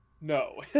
No